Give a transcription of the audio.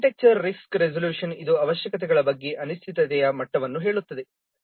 architecture risk resolution ಇದು ಅವಶ್ಯಕತೆಗಳ ಬಗ್ಗೆ ಅನಿಶ್ಚಿತತೆಯ ಮಟ್ಟವನ್ನು ಹೇಳುತ್ತದೆ